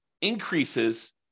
increases